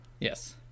Yes